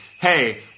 hey